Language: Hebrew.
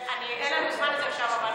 אין לנו זמן לזה עכשיו,